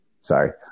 Sorry